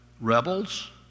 rebels